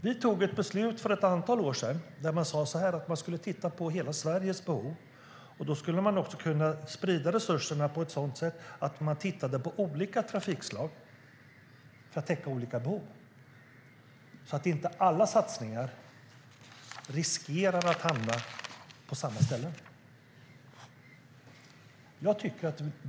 Vi fattade ett beslut för ett antal år sedan som innebar att man skulle titta på hela Sveriges behov. Då skulle man också kunna sprida resurserna på ett sådant sätt att man såg till olika trafikslag för att täcka olika behov. På det viset skulle inte alla satsningar riskera att hamna på samma ställe.